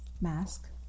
mask